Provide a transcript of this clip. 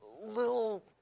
little